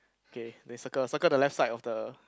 okay then circle circle the left side of the